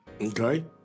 Okay